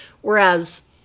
Whereas